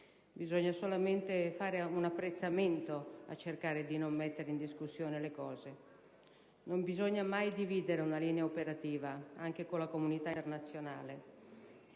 bisogna solamente fare un apprezzamento e cercare di non mettere in discussione le situazioni. Non bisogna mai dividere una linea operativa, anche con la comunità internazionale: